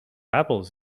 apples